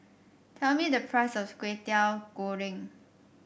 tell me the price of Kwetiau Goreng